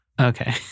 Okay